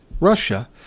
Russia